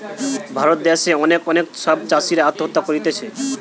ভারত দ্যাশে অনেক অনেক সব চাষীরা আত্মহত্যা করতিছে